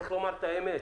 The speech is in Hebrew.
צריך לומר את האמת,